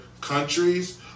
countries